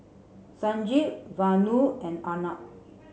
Sanjeev Vanu and Arnab